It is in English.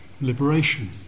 liberation